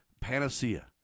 panacea